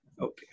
Okay